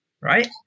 Right